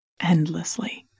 endlessly